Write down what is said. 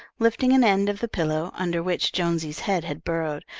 lifting an end of the pillow under which jonesy's head had burrowed,